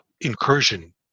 incursion